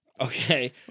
Okay